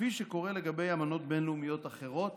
כפי שקורה לגבי אמנות בין-לאומיות אחרות